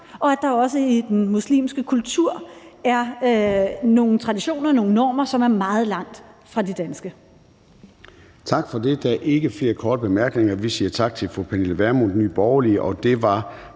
og at der også i den muslimske kultur er nogle traditioner og nogle normer, som er meget langt fra de danske. Kl. 13:26 Formanden (Søren Gade): Tak for det. Der er ikke flere korte bemærkninger. Vi siger tak til fru Pernille Vermund, Nye Borgerlige,